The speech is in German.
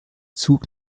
zug